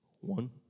one